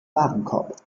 warenkorb